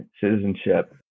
citizenship